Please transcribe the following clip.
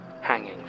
hanging